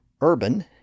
urban